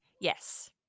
yes